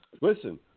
listen